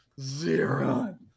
zero